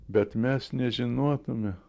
bet mes nežinotume